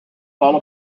fall